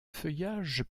feuillage